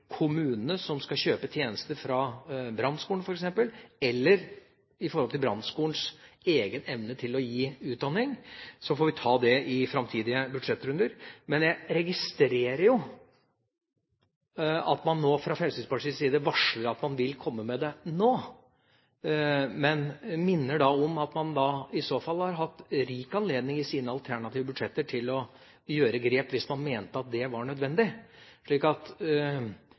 kommunene som skal kjøpe tjenester fra Brannskolen f.eks., eller Brannskolens egen evne til å gi utdanning, så får vi ta det i framtidige budsjettrunder. Men jeg registrerer jo at man nå fra Fremskrittspartiets side varsler at man vil komme med det – nå. Jeg minner om at de i så fall har hatt rik anledning i sine alternative budsjetter til å gjøre grep – hvis man mente at det var nødvendig – slik at